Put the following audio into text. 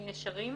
ישרים.